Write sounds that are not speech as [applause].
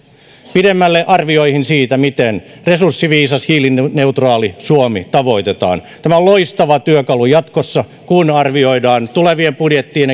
pidemmälle arvioissa siitä miten resurssiviisas hiilineutraali suomi tavoitetaan tämä on loistava työkalu jatkossa kun arvioidaan tulevien budjettien [unintelligible]